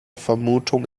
vermutung